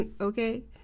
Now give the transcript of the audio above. Okay